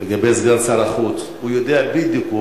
לגבי סגן שר החוץ: הוא יודע בדיוק,